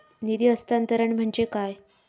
निधी हस्तांतरण म्हणजे काय?